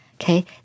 Okay